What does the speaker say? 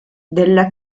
della